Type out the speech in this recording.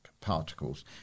particles